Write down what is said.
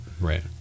right